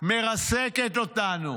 מרסקת אותנו.